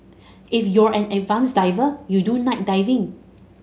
if you're an advanced diver you do night diving